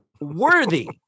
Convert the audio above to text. worthy